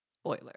Spoiler